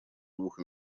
двух